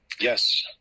Yes